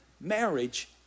marriage